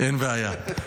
אין בעיה.